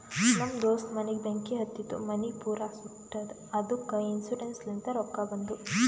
ನಮ್ ದೋಸ್ತ ಮನಿಗ್ ಬೆಂಕಿ ಹತ್ತಿತು ಮನಿ ಪೂರಾ ಸುಟ್ಟದ ಅದ್ದುಕ ಇನ್ಸೂರೆನ್ಸ್ ಲಿಂತ್ ರೊಕ್ಕಾ ಬಂದು